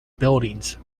buildings